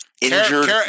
injured